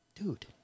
Dude